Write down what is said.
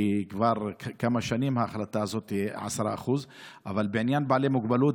כי כבר כמה שנים ההחלטה הזאת היא 10%. אבל בעניין בעלי מוגבלות,